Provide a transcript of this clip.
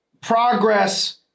Progress